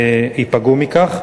ייפגעו מכך.